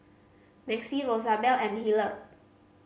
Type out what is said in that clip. Maxie Rosabelle and Hillard